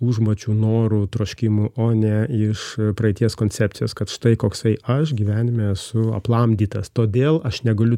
užmačių norų troškimų o ne iš praeities koncepcijos kad štai koksai aš gyvenime su aplamdytas todėl aš negaliu